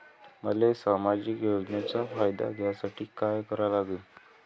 मले सामाजिक योजनेचा फायदा घ्यासाठी काय करा लागन?